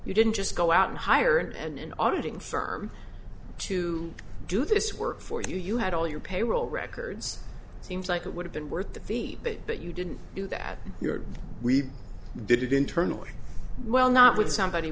you didn't just go out and hire an in auditing firm to do this work for you you had all your payroll records seems like it would have been worth the fee but you didn't do that we did it internally well not with somebody